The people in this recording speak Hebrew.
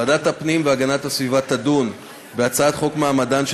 ועדת הפנים והגנת הסביבה תדון בהצעת חוק מעמדן של